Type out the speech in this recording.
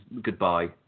goodbye